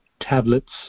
tablets